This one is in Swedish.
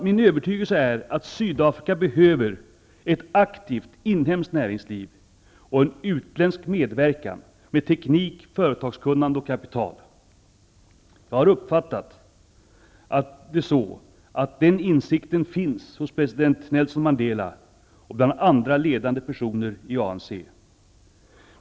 Min övertygelse är att Sydafrika behöver ett aktivt inhemskt näringsliv och en utländsk medverkan med teknik, företagskunnande och kapital. Jag har uppfattat det så, att den insikten finns hos Nelson Mandela och hos andra ledande personer i ANC.